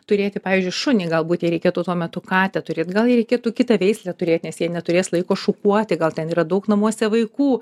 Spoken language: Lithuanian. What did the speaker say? turėti pavyzdžiui šunį galbūt jai reikėtų tuo metu katę turėt gal jai reikėtų kitą veislę turėti nes jie neturės laiko šukuoti gal ten yra daug namuose vaikų